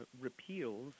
Repeals